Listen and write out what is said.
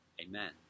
Amen